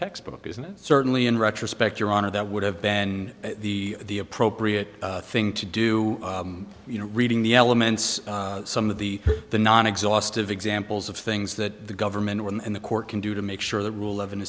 textbook and certainly in retrospect your honor that would have been the the appropriate thing to do you know reading the elements some of the the non exhaustive examples of things that the government and the court can do to make sure the rule